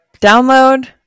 download